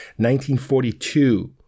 1942